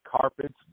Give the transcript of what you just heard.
carpets